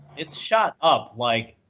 it's shot up like,